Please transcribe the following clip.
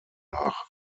nach